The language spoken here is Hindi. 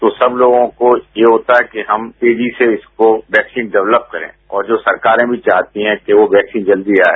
तो सब लोगों को ये होता है कि हम तेजी से इसको वैक्सीन डेवलेप करें और सरकारें भी चाहती हैं कि वो वैक्सीन जल्दी आए